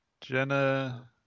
Jenna